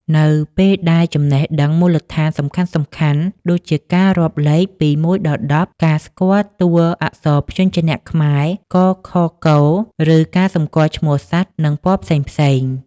នៅពេលដែលចំណេះដឹងមូលដ្ឋានសំខាន់ៗ ដូចជាការរាប់លេខពី ១ ដល់ ១០ ការស្គាល់តួអក្សរព្យញ្ជនៈខ្មែរ ក ខ គ ឬការសម្គាល់ឈ្មោះសត្វ និងពណ៌ផ្សេងៗ